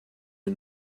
you